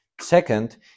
Second